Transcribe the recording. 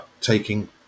taking